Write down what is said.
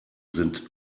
sind